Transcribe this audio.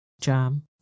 jam